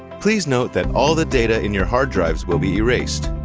please note that all the data in your hard drives will be erased.